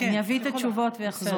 אני אביא את התשובות ואחזור.